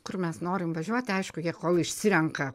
kur mes norim važiuoti aišku jie kol išsirenka